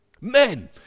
Men